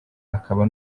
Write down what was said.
akaba